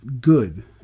good